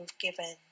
given